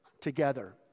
together